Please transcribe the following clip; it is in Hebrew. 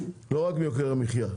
לא רק יוקר המחיה,